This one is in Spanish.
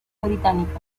británicas